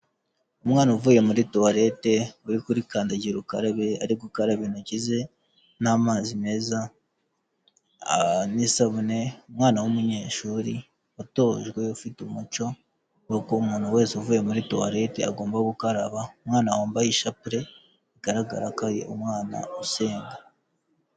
Umwana uvuye muri toilette, uri kuri kandagira ukarabe ari gukaraba intoki ze n'amazi meza n'isabune, umwana w'umunyeshuri watojwe ufite umuco w'uko umuntu wese uvuye muri toilette agomba gukaraba, umwana wambaye ishapure, bigaragara ko ari umwana usenga.